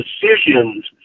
decisions